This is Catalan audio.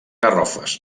garrofes